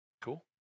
Cool